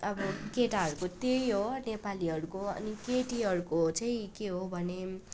अब केटाहरूको त्यही हो नेपालीहरूको अनि केटीहरूको चाहिँ के हो भने